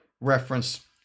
reference